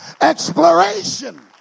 Exploration